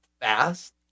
fast